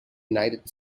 united